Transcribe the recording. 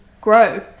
grow